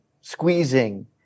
squeezing